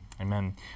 Amen